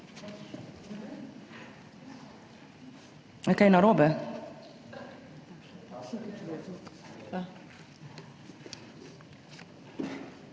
Hvala.